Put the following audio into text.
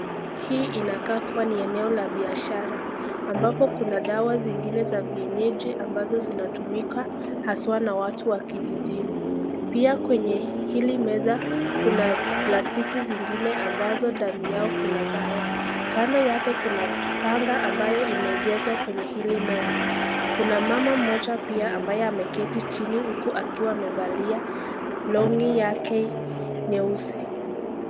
Hii inakaa kua ni eneo la biashara ambapo kuna dawa zingine za vienyeji ambazo zinatumika haswaa na watu wa vijijini. Pia kwenye hili meza kuna plastiki zingine ambazo ndani yao kuna dawa. Kando yake kuna panga ambayo imeeegezwa kwenye hili meza. Kuna mama mmoja ambaye ameketi chini huku akiwa amevalia longi yake nyeusi.